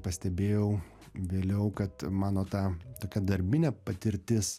pastebėjau vėliau kad mano ta tokia darbinė patirtis